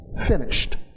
finished